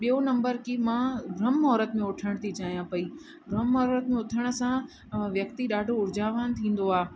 ॿियो नंबर की मां ब्रह्म मुहूरत में उथण थी चाहियां पई ब्रह्म मुहूरत में उथण सां व्यक्ति ॾाढो उर्जावान थींदो आहे